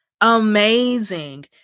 amazing